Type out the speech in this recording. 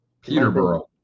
peterborough